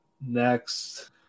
next